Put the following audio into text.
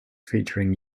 featuring